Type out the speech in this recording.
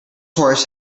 horse